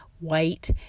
white